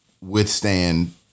withstand